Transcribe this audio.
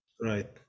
Right